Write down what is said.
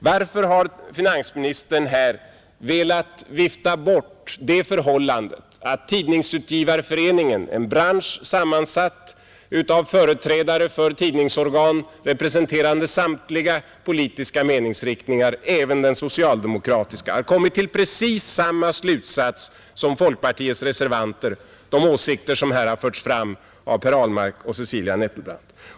Varför har finansministern här velat vifta bort det förhållandet att Tidningsutgivareföreningen — en branschorganisation sammansatt av företrädare för tidningar representerande samtliga politiska meningsriktningar, även socialdemokratin — har kommit till precis samma slutsats som folkpartiets reservanter, en slutsats som här redovisats av Per Ahlmark och Cecilia Nettelbrandt?